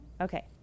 Okay